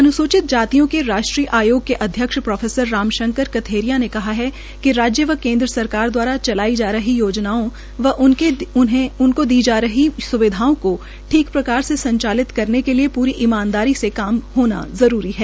अन्सूचित जातियों के राष्ट्रीय आयोग के अध्यक्ष प्रो राम शंकर कथेरिया ने कहा है कि राज्य व केन्द्र सरकार दवारा चलाई जा रही योजनाओं व उनको दी जा रही सुविधाओं को ठीक प्रकार से संचालित करने के लिए पूरी ईमानदारी से काम होना जरूरी है